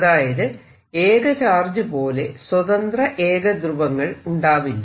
അതായത് ഏക ചാർജുപോലെ പോലെ സ്വതന്ത്ര ഏക ധ്രുവങ്ങൾ ഉണ്ടാവില്ല